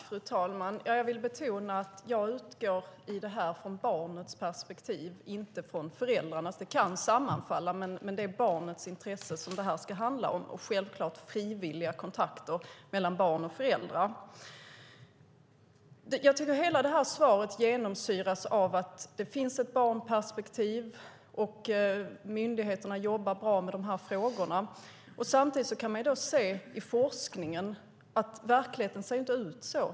Fru talman! Jag vill betona att jag utgår från barnets perspektiv i det här och inte från föräldrarnas. Det kan sammanfalla, men det är barnets intresse som det här ska handla om och självklart frivilliga kontakter mellan barn och föräldrar. Jag tycker att hela svaret genomsyras av att det finns ett barnperspektiv och att myndigheterna jobbar bra med dessa frågor. Samtidigt kan man se i forskningen att verkligheten inte ser ut så.